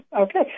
okay